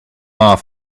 off